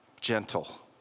gentle